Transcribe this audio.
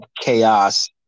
chaos